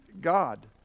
God